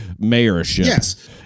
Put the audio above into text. mayorship